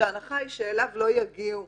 כשההנחה היא שאליו לא יגיעו